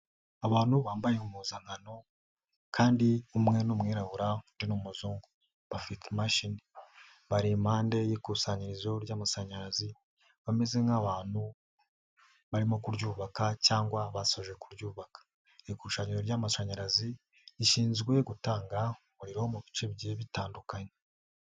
Abantu bambaye impuzankano kandi umwe n'umwirabura undi ni umuzungu, bafite imashini bari impande y'ikusanyirizo ry'amashanyarazi bameze nk'abantu barimo kuryubaka cyangwa basoje kuryubaka. Irikusanyirizo ry'amashanyarazi rishinzwe gutanga umuriro mu bice bigiye bitandukanye.